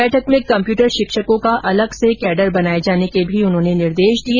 बैठक में कम्प्यूटर शिक्षकों का अलग से कैडर बनाए जाने के भी उन्होंने निर्देश दिए